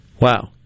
Wow